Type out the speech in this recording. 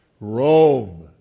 Rome